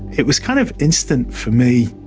it was kind of instant for me,